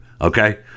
Okay